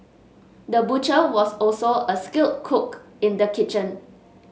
the butcher was also a skilled cook in the kitchen